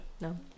No